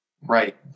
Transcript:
Right